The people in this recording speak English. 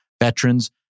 veterans